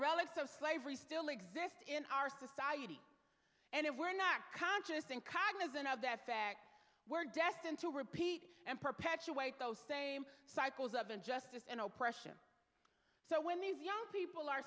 of slavery still exist in our society and if we're not conscious and cognizant of that fact we're destined to repeat and perpetuate those same cycles of injustice and oppression so when these young people are